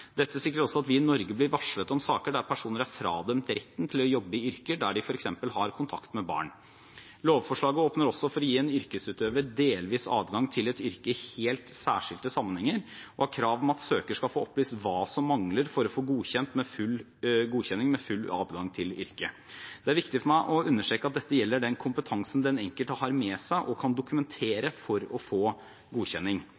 Dette sikrer også at vi i Norge blir varslet om saker der personer er fradømt retten til å jobbe i yrker der de f.eks. har kontakt med barn. Lovforslaget åpner også for å gi en yrkesutøver delvis adgang til et yrke i helt særskilte sammenhenger, og har krav om at søker skal få opplyst hva som mangler for å få godkjenning med full adgang til yrket. Det er viktig for meg å understreke at dette gjelder den kompetansen den enkelte har med seg og kan